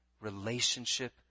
relationship